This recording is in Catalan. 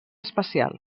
especial